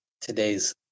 today's